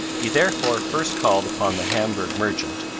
he therefore first called upon the hamburgh merchant,